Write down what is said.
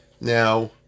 Now